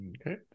Okay